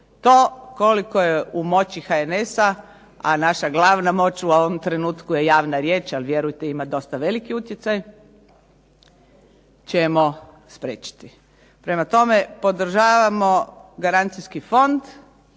To koliko je u moći HNS-a a naša glavna moć u ovom trenutku je javna riječ ali vjerujte ima dosta veliki utjecaj ćemo spriječiti. Prema tome, podržavamo garancijski fond,